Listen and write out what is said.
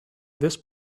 this